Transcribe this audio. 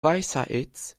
weißeritz